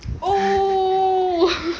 oo